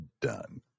done